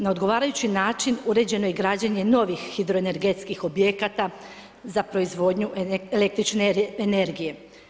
Na odgovarajući način, uređeno je i građenje novih hidroenergetskih objekata, za proizvodnju el. energije.